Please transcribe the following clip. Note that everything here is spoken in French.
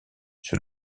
sur